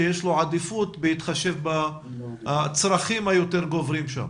עדיפות בהתחשב בצרכים היותר גדולים שם.